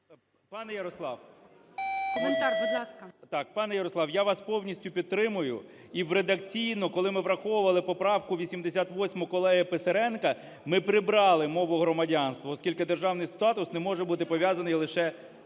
пане Ярослав, я вас повністю підтримую. І редакційно, коли ми враховували поправку 88 колеги Писаренко, ми прибрали мову громадянства, оскільки державний статус не може бути пов'язаний лише